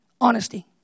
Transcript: Honesty